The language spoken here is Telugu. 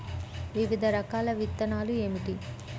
వివిధ రకాల విత్తనాలు ఏమిటి?